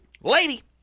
Lady